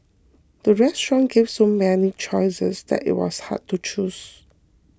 the restaurant gave so many choices that it was hard to choose